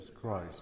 Christ